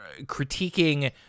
critiquing